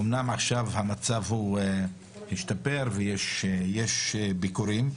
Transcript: אומנם עכשיו המצב השתפר ויש ביקורים,